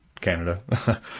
Canada